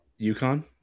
UConn